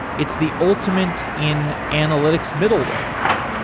it's the ultimate in analytics middle ware.